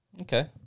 Okay